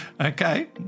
Okay